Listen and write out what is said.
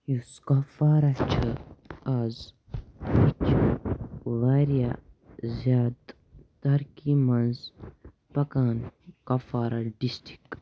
یُس کۄپوارَہ چھُ آز واریاہ زِیادٕ ترقی منٛز پَکان کۄپوارَہ ڈِسٹِرک